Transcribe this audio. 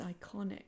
iconic